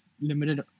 limited